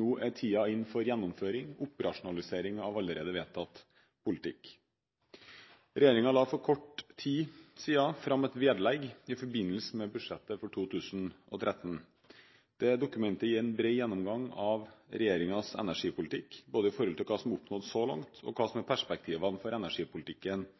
Nå er tiden inne for gjennomføring og operasjonalisering av allerede vedtatt politikk. Regjeringen la for kort tid siden fram et vedlegg i forbindelse med budsjettet for 2013. Dokumentet gir en bred gjennomgang av regjeringens energipolitikk, både når det gjelder hva som er oppnådd så langt, og hva som er perspektivene for energipolitikken